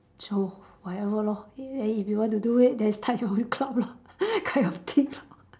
so whatever lor then if you want to do it then start your own club lah kind of thing lor